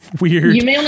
weird